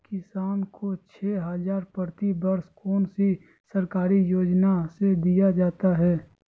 किसानों को छे हज़ार प्रति वर्ष कौन सी सरकारी योजना से दिया जाता है?